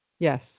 Yes